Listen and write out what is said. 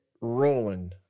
rolling